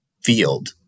field